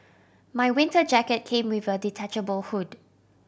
my winter jacket came with a detachable hood